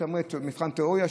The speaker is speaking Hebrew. מבחן תיאוריה,